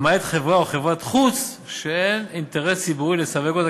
למעט חברה או חברת-חוץ שאין אינטרס ציבורי לסווג אותה